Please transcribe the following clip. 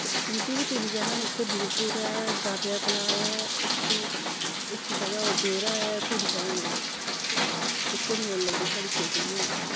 ते उं'दियां बी तिन्न जगह न उत्थै पीरपूर ऐ दाते दा तलाऽ ऐ उत्थै इक जगह होर देरा ऐ तिन्न जगह न एह् उत्थै मेल लगदी साढ़ी छे छे म्हीनें बाद